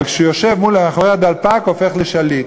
אבל כשהוא יושב מאחורי הדלפק הוא הופך לשליט.